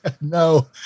no